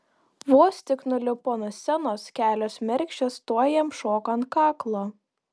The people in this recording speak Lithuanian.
vos tik nulipo nuo scenos kelios mergšės tuoj jam šoko ant kaklo